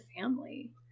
family